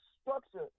structure